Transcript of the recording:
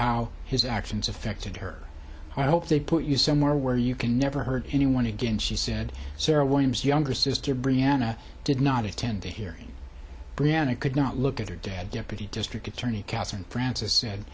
how his actions affected her i hope they put you somewhere where you can never hurt anyone again she said sara williams younger sister brianna did not attend the hearing brianna could not look at her dad deputy district attorney catherine francis said